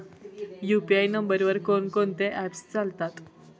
UPI नंबरवर कोण कोणते ऍप्स चालतात?